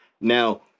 Now